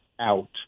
out